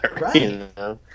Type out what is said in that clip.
Right